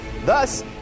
Thus